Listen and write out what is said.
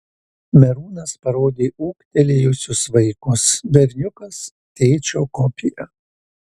merūnas parodė ūgtelėjusius vaikus berniukas tėčio kopija